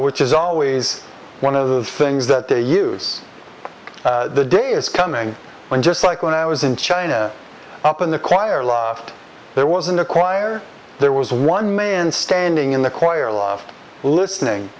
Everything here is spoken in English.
which is always one of the things that they use the day is coming when just like when i was in china up in the choir loft there wasn't a choir there was one man standing in the choir loft listening